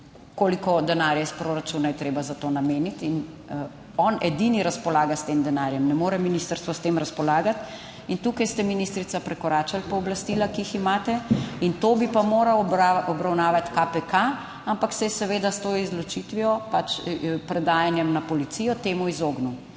koliko denarja iz proračuna je treba za to nameniti in on edini razpolaga s tem denarjem. Ne more ministrstvo s tem razpolagati in tukaj ste, ministrica, prekoračili pooblastila, ki jih imate in to bi pa moral obravnavati KPK, ampak se je seveda s to izločitvijo, pač, predajanjem na policijo temu izognil,